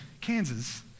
Kansas